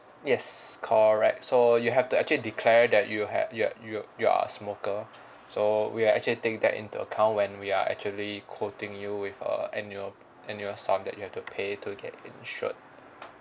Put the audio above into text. yes correct so you have to actually declare that you had you're you you are smoker so we'll actually take that into account when we are actually quoting you with a annual annual sum that you have to pay to get insured